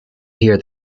hear